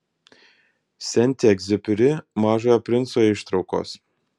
senti egziuperi mažojo princo ištraukos